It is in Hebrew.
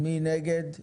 מי נגד?